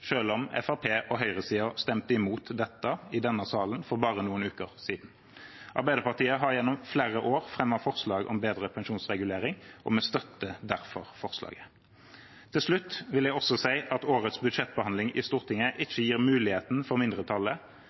om Fremskrittspartiet og høyresiden stemte imot dette i denne salen for bare noen uker siden. Arbeiderpartiet har gjennom flere år fremmet forslag om bedre pensjonsregulering, og vi støtter derfor forslaget. Helt til slutt vil jeg si at årets budsjettbehandling i Stortinget ikke gir muligheten for mindretallet